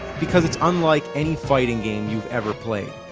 because it's unlike any fighting game you've ever played.